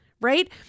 Right